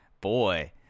boy